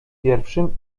pierwszym